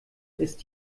ist